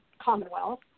Commonwealth